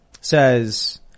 says